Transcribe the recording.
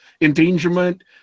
endangerment